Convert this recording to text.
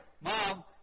Mom